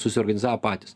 susiorganizavo patys